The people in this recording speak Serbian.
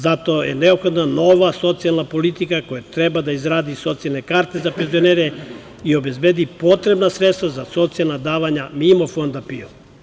Zato je neophodna nova socijalna politika koja treba da izradi socijalne karte za penzionere i obezbedi potrebna sredstva za socijalna davanja mimo Fonda PIO.